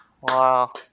Wow